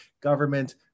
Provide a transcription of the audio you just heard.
government